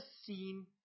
seen